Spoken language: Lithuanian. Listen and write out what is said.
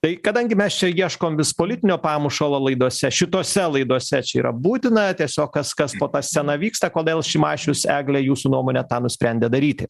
tai kadangi mes čia ieškom vis politinio pamušalo laidose šitose laidose čia yra būtina tiesiog kas kas po ta scena vyksta kodėl šimašius egle jūsų nuomone tą nusprendė daryti